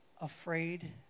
afraid